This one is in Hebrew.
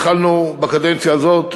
התחלנו בקדנציה הזאת,